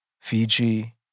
Fiji